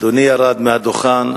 אדוני ירד מהדוכן,